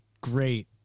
great